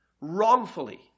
wrongfully